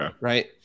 right